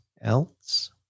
else